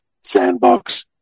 sandbox